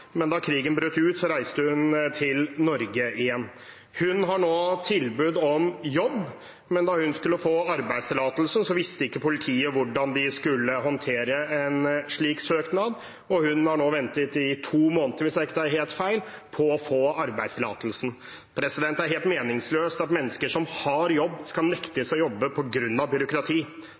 Men da krigen brøt ut, reiste hun til Norge igjen. Hun har nå tilbud om jobb, men da hun skulle få arbeidstillatelse, visste ikke politiet hvordan de skulle håndtere en slik søknad, og hun har nå ventet i to måneder, hvis jeg ikke tar helt feil, på å få arbeidstillatelsen. Det er helt meningsløst at mennesker som har jobb, skal nektes å jobbe på grunn av byråkrati.